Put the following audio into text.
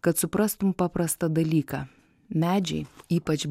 kad suprastum paprastą dalyką medžiai ypač